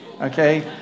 okay